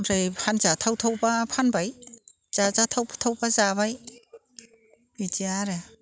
ओमफ्राय फानजा थावथावब्ला फानबाय जाजाथावब्ला जाबाय बिदि आरो